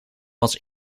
was